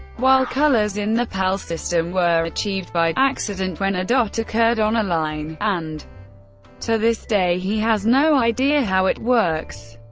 while colors in the pal system were achieved by accident when a dot occurred on a line, and to this day he has no idea how it works.